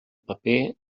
paper